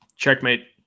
Checkmate